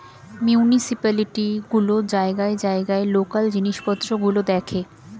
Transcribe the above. municipality গুলো জায়গায় জায়গায় লোকাল জিনিসপত্র গুলো দেখে